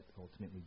ultimately